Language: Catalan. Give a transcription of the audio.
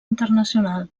internacional